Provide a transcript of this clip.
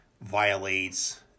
violates